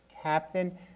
Captain